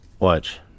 Watch